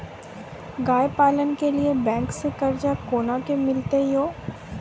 गाय पालन के लिए बैंक से कर्ज कोना के मिलते यो?